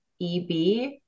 EB